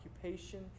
occupation